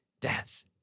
Death